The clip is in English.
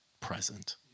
present